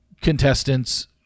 contestants